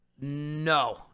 No